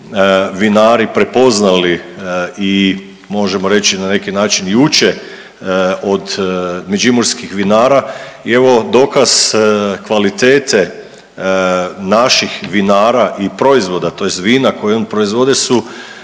vinari prepoznali i možemo reći na neki način i uče od međimurskih vinara i evo dokaz kvalitete naših vinara i proizvoda tj. vina koje oni proizvode su